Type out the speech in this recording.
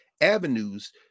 avenues